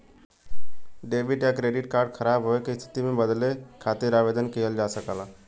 debit या credit card ख़राब होये क स्थिति में बदले खातिर आवेदन किहल जा सकला